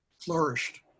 flourished